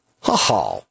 Ha-ha